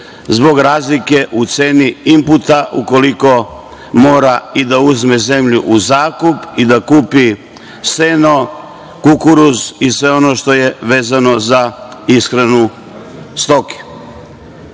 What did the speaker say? zbog razlike u ceni inputa, ukoliko mora i da uzme zemlju u zakup i da kupi seno, kukuruz i sve ono što je vezano za ishranu stoke. Mi